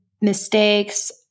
mistakes